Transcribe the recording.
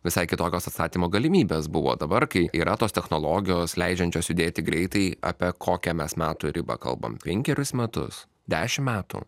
visai kitokios atstatymo galimybės buvo dabar kai yra tos technologijos leidžiančios judėti greitai apie kokią mes metų ribą kalbam penkerius metus dešim metų